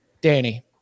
Danny